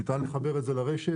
ניתן לחבר את זה לרשת